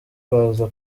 baza